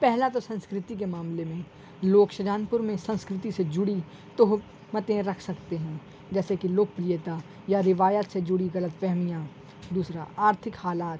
پہلا تو سنسکرتی کے معاملے میں لوگ شاہ جہان پور میں سنسکرتی سے جڑی تہمتیں رکھ سکتے ہیں جیسے کہ لوک پریتا یا روایات سے جڑی غلط فہمیاں دوسرا آرتھک حالات